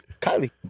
Kylie